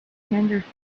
henderson